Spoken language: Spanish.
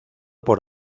por